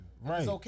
Right